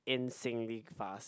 insanely fast